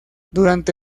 durante